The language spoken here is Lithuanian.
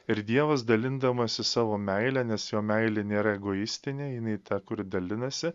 ir dievas dalindamasis savo meile nes jo meilė nėra egoistinė jinai ta kuri dalinasi